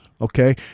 Okay